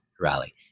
rally